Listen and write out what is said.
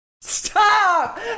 stop